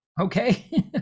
okay